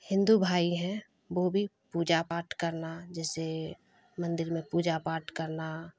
ہندو بھائی ہیں وہ بھی پوجا پاٹھ کرنا جیسے مندر میں پوجا پاٹ کرنا